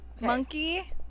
Monkey